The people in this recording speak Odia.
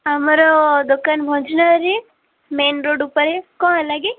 ଆମର ଦୋକାନ ଭଞ୍ଜ ନଗରରେ ମେନ୍ ରୋଡ଼୍ ଉପରେ କ'ଣ ହେଲା କି